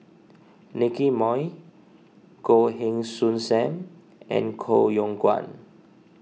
Nicky Moey Goh Heng Soon Sam and Koh Yong Guan